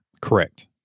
Correct